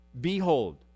Behold